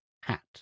hat